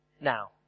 Now